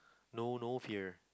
no no fear